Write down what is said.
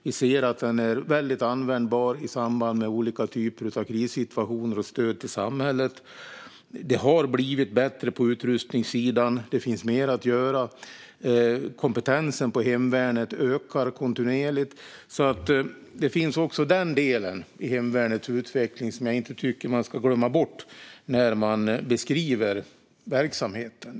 Vi ser att den är väldigt användbar i samband med olika typer av krissituationer och som stöd till samhället. Det har blivit bättre på utrustningssidan, men det finns mer att göra. Kompetensen i hemvärnet ökar kontinuerligt. Den delen i hemvärnets utveckling tycker jag inte att man ska glömma bort när man beskriver verksamheten.